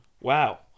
Wow